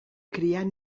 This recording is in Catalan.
criar